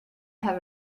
have